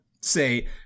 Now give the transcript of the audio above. Say